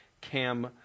Cam